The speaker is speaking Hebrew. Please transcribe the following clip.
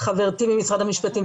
חברתי ממשרד המשפטים,